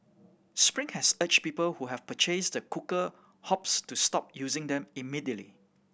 spring has urged people who have purchased the cooker hobs to stop using them immediately